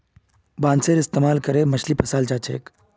बांसेर इस्तमाल करे मछली फंसाल जा छेक